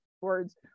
words